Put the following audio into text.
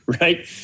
right